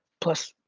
plus,